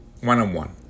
one-on-one